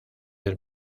del